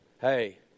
hey